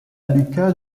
luca